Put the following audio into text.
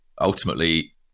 ultimately